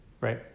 right